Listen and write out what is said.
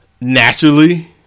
naturally